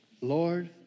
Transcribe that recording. Lord